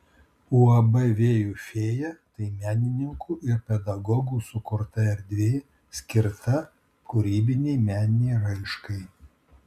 uab vėjų fėja tai menininkų ir pedagogų sukurta erdvė skirta kūrybinei meninei raiškai